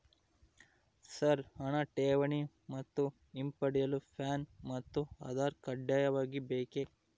Sir ಹಣ ಠೇವಣಿ ಮತ್ತು ಹಿಂಪಡೆಯಲು ಪ್ಯಾನ್ ಮತ್ತು ಆಧಾರ್ ಕಡ್ಡಾಯವಾಗಿ ಬೇಕೆ?